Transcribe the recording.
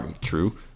True